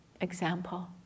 example